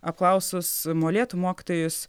apklausus molėtų mokytojus